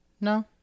No